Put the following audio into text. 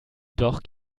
doch